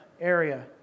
area